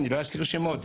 ואני לא אזכיר שמות,